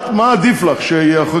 מה עדיף לךְ,